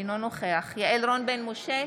אינו נוכח יעל רון בן משה,